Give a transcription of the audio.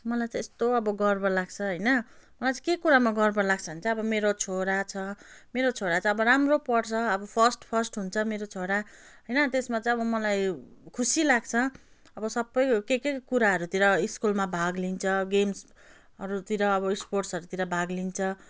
मलाई चाहिँ यस्तो अब गर्व लाग्छ होइन मलाई चाहिँ के कुरामा गर्व लाग्छ भने चाहिँ अब मेरो छोरा छ मेरो छोरा चाहिँ अब राम्रो पढ्छ अब फर्स्ट फर्स्ट हुन्छ मेरो छोरा होइन त्यसमा चाहिँ अब मलाई खुसी लाग्छ अब सबै के के कुराहरूतिर स्कुलमा भाग लिन्छ गेम्सहरूतिर अब स्पोर्ट्सहरूतिर भाग लिन्छ